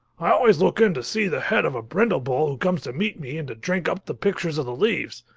i always look in to see the head of a brindle-bull who comes to meet me and to drink up the pictures of the leaves,